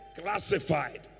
Classified